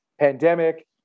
pandemic